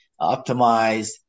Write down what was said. optimized